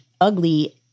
ugly